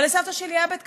אבל לסבתא שלי היה בית קפה,